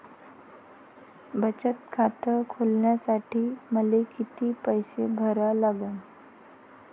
बचत खात खोलासाठी मले किती पैसे भरा लागन?